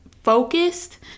focused